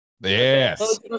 Yes